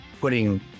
putting